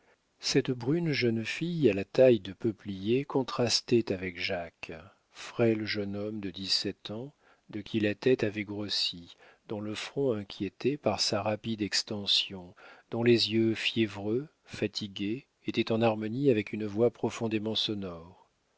cette brune jeune fille à la taille de peuplier contrastait avec jacques frêle jeune homme de dix-sept ans de qui la tête avait grossi dont le front inquiétait par sa rapide extension dont les yeux fiévreux fatigués étaient en harmonie avec une voix profondément sonore